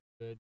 good